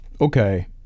Okay